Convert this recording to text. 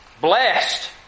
Blessed